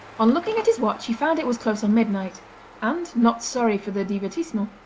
on looking at his watch he found it was close on midnight and, not sorry for the divertissement,